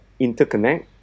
interconnect